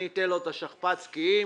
אני אתן לו את השכפ"ץ כי אם